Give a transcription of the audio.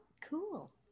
Cool